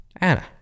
Anna